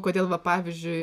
kodėl va pavyzdžiui